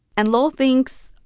and lowell thinks,